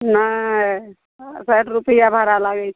नहि साठि रुपैआ भाड़ा लागै छै